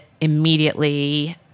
immediately